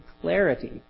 clarity